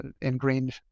ingrained